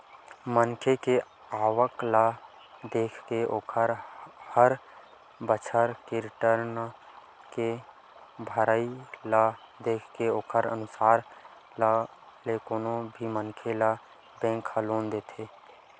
मनखे के आवक ल देखके ओखर हर बछर के रिर्टन के भरई ल देखके ओखरे अनुसार ले कोनो भी मनखे ल बेंक ह लोन देथे